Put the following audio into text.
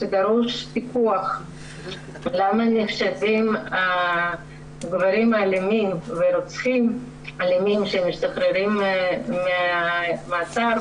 שדרוש פיקוח למה --- גברים אלימים ורוצחים אלימים שמשתחררים מהמעצר,